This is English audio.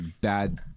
bad